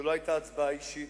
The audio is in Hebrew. זו לא היתה הצבעה אישית,